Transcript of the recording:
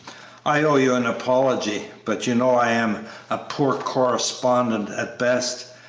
i owe you an apology, but you know i am a poor correspondent at best,